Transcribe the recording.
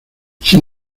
sin